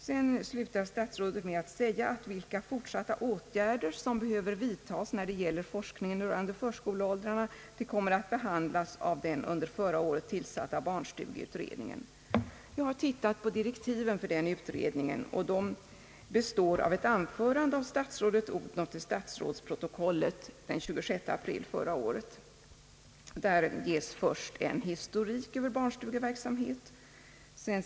Statsrådet slutar med att säga att frågan om vilka fortsatta åtgärder som behöver vidtas när det gäller forskningen rörande förskoleåldrarna kommer att behandlas av den under förra året tillsatta barnstugeutredningen. Jag har sett på direktiven för denna utredning och funnit att de består av ett anförande av statsrådet Odhnoff till statsrådsprotokollet den 26 april 1968. Där ges först en historik över barnstugeverksamheten.